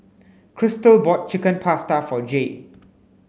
Crystal bought Chicken Pasta for Jaye